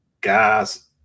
Guys